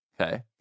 okay